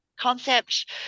concept